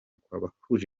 kw’abahuje